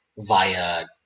via